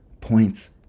points